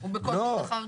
הוא בכל --- כשהוא היה.